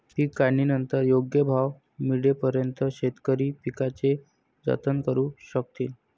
पीक काढणीनंतर योग्य भाव मिळेपर्यंत शेतकरी पिकाचे जतन करू शकतील